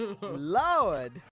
Lord